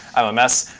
i'm a mess.